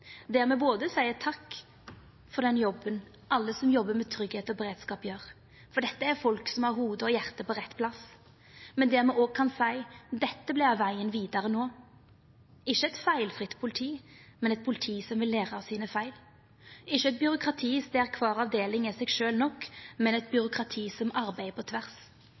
me seier takk for den jobben alle som jobbar med tryggleik og beredskap, gjer. For dette er folk som har hovud og hjarte på rett plass. Men det me òg kan seia, er at dette vert vegen vidare no – ikkje eit feilfritt politi, men eit politi som vil læra av sine feil, ikkje eit byråkrati der kvar avdeling er seg sjølv nok, men eit byråkrati som arbeider på tvers,